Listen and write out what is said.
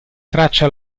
traccia